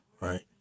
right